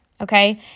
okay